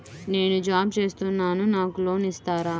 నేను జాబ్ చేస్తున్నాను నాకు లోన్ ఇస్తారా?